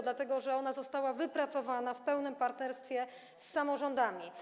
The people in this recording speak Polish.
Dlatego że ona została wypracowana w pełnym partnerstwie z samorządami.